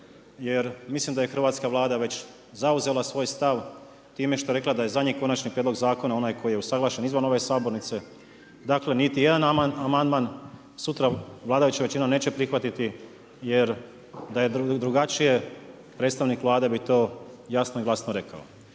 Jer mislim da je hrvatska Vlada već zauzela svoj stav time što je rekla da je zadnji konačni prijedlog zakona onaj koji je usuglašen izvan ove sabornice. Dakle, niti jedan amandman sutra vladajuća većina neće prihvatiti. Jer da je drugačije predstavnik Vlade bi to jasno i glasno rekao.